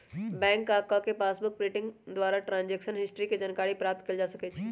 bank जा कऽ passbook printing द्वारा ट्रांजैक्शन हिस्ट्री के जानकारी प्राप्त कएल जा सकइ छै